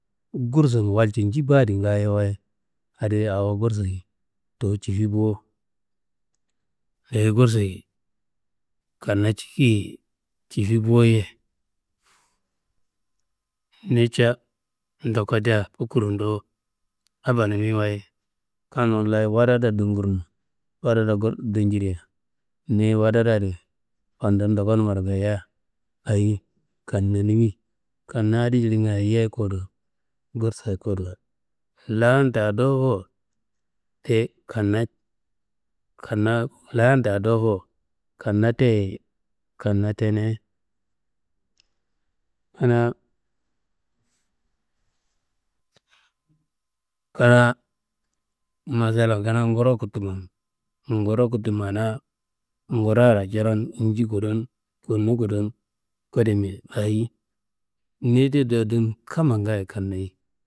Gursuro walcu nji ba di ngayewaye, adi awo gusuyi tuwu cifi bo. Yeyi gusuyi kanna cifi ye, cifi bo- ye. Niyi ca ndoko dea kukurum do, abanumiwaye kannumlayi warada dugurno, warada dunjiria niyi warada adi fandum ndokonummaro gayiya ayi, kannanimi kanna adi jilinga ayiyeyi kuwudo gursayi kuwudo. Laan daa dowofo, ti kanna laan daa dowofo, kanna te kanna tenuye, kanaa kanaa. Masalan kanaa, guro kutumo guro kutumana, guraro curon kudum inji kuwudum, konu kudum, kuwudimea ayi, niyi do dun kamma ngaayo kannayi.